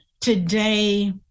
Today